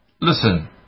Listen